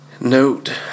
Note